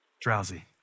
drowsy